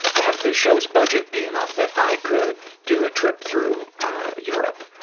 have the show's budget be enough that i could do a trip through europe.